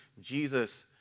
Jesus